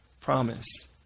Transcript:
promise